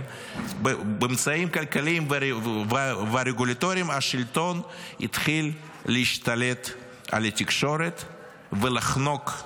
באמצעים כלכליים ורגולטוריים השלטון התחיל להשתלט על התקשורת ולחנוק,